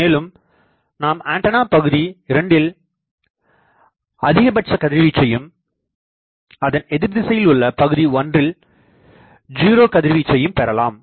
மேலும் நாம் ஆண்டனா பகுதி 2ல் அதிகபட்ச கதிர்வீச்சையும் அதன் எதிர்திசையில் உள்ள பகுதி 1ல் ஜீரோ கதிர்வீசையும் பெறலாம்